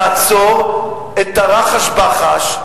תעצור את הרחש-בחש,